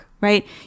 right